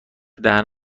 دهن